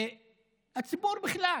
והציבור בכלל,